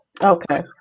okay